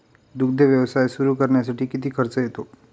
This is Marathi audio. दुग्ध व्यवसाय सुरू करण्यासाठी किती खर्च येतो?